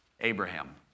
Abraham